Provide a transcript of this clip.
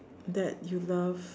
that you love